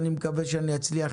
אני אגיד לך,